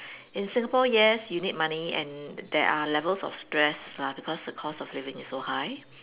in Singapore yes you need money and there are levels of stress lah because the cost of living is so high